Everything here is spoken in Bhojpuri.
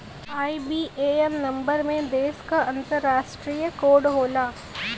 आई.बी.ए.एन नंबर में देश क अंतरराष्ट्रीय कोड होला